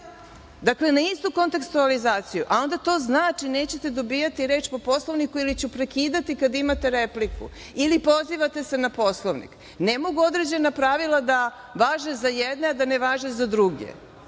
dakle na istu kontekstualizaciju, a onda to znači – nećete dobijati reč po Poslovniku ili ću prekidati kad imate repliku ili pozivate se na Poslovnik. Ne mogu određena pravila da važe za jedne, a da ne važe za druge.